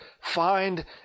find